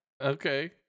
Okay